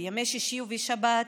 בימי שישי ושבת,